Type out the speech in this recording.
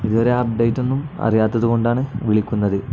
ഇതുവരെ അപ്ഡേറ്റ് ഒന്നും അറിയാത്തത് കൊണ്ടാണ് വിളിക്കുന്നത്